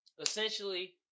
essentially